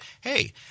hey